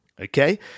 Okay